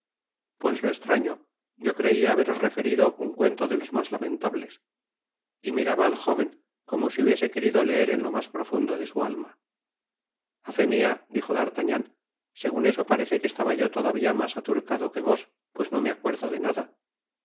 pues lo estraño yo creia haberos referido un cuento de los mas lamentables i i i ni y miraba al jóven como si hubiese querido leer en lo mas profundo de su alma i i a fé mia dijo d'artagnan segun eso parece que estaba yo todavía mas atareado que vos pues no me acuerdo de nada